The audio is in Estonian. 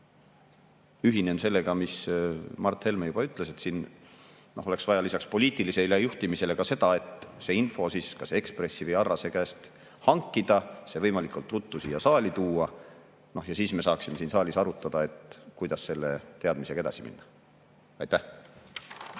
ühinen sellega, mis Mart Helme ütles, et siin oleks vaja lisaks poliitilisele juhtimisele seda, et see info kas Eesti Ekspressi või Arrase käest hankida ja see võimalikult ruttu siia saali tuua, et me saaksime siin saalis arutada, kuidas selle teadmisega edasi minna. Aitäh!